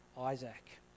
Isaac